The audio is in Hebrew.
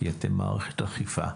כי אתם מערכת אכיפה,